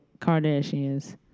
Kardashians